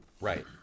Right